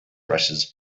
rushes